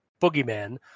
boogeyman